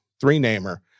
three-namer